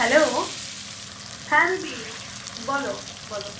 hello হ্যাঁ দিদি বলো বলো